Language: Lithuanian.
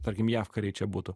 tarkim jav kariai čia būtų